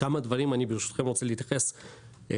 כמה דברים אני ברשותכם רוצה להתייחס לרובם.